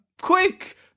quick